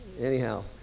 anyhow